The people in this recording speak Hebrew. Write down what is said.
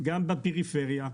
גם מהפריפריה,